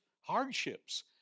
hardships